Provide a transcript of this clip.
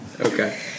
Okay